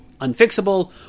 unfixable